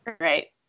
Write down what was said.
right